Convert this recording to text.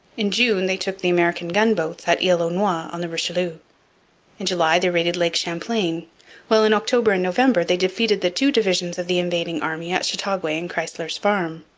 in june they took the american gunboats at isle-aux-noix on the richelieu in july they raided lake champlain while in october and november they defeated the two divisions of the invading army at chateauguay and chrystler's farm.